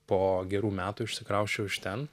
po gerų metų išsikrausčiau iš ten